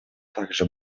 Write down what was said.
также